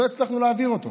לא הצלחנו להעביר אותו.